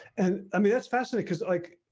and i mean, that's fascinating, because like,